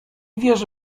wierzy